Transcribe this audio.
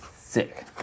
Sick